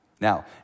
Now